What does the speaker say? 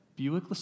Buick